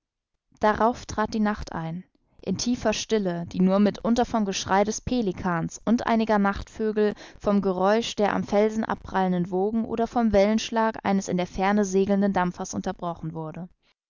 darauf trat die nacht ein in tiefer stille die nur mitunter vom geschrei des pelikans und einiger nachtvögel vom geräusch der am felsen abprallenden wogen oder vom wellenschlag eines in der ferne segelnden dampfers unterbrochen wurde